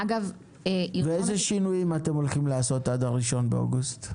אילו שינויים אתם הולכים לעשות עד ה-1 באוגוסט?